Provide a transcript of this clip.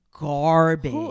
garbage